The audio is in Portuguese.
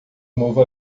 novo